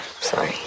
sorry